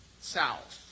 south